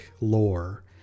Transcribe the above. lore